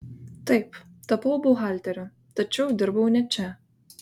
taip tapau buhalteriu tačiau dirbau ne čia